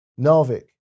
Narvik